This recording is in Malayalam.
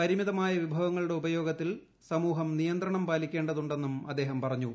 പരിമിതമായ വിഭവങ്ങളുടെ ഉപയോഗത്തിൽ സമൂഹം നിയന്ത്രണം പാലിക്കേണ്ടതുണ്ടെന്നും അദ്ദേഹം പറഞ്ഞു